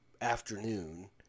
afternoon